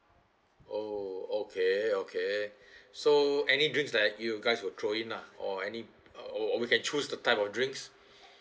oh okay okay so any drinks like you guys would throw in lah or any or we can choose the type of drinks